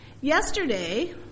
Yesterday